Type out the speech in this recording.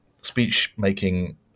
speech-making